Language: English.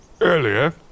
earlier